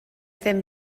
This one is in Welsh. ddim